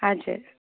हजुर